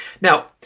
Now